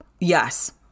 Yes